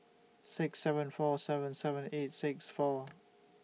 six seven four seven seven eight six four